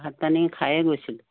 ভাত পানী খায়ে গৈছিলোঁ